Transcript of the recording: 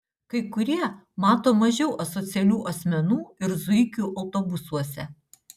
kai kurie mato mažiau asocialių asmenų ir zuikių autobusuose